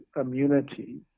immunity